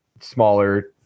smaller